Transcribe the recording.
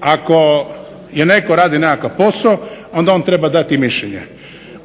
Ako netko radi nekakav posao onda on treba dati i mišljenje.